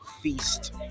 feast